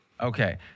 Okay